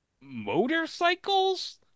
Motorcycles